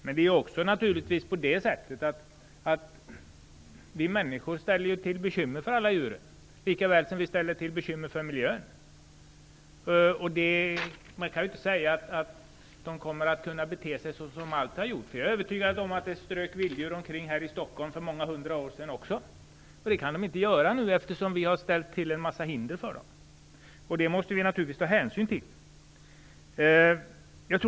Men vi människor ställer till bekymmer för djuren, likaväl som vi ställer till bekymmer för miljön. Man kan inte hävda att djuren kommer att kunna bete sig så som de tidigare alltid har gjort. Jag är övertygad om att det för många hundra år sedan strök omkring vilddjur här i Stockholm, men det kan inte ske nu, eftersom vi har satt upp en mängd hinder för dem. Sådant måste vi ta hänsyn till.